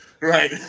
Right